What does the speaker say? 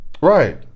Right